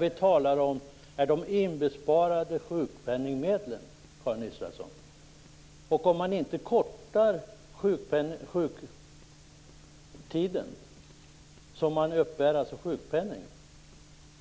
Vi talar om de inbesparade sjukpenningmedlen, Karin Israelsson! Om man inte kortar tiden som människor uppbär sjukpenning